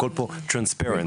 הישיבה נעולה.